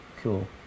Cool